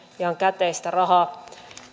ihan käteistä rahaa